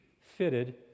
fitted